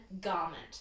garment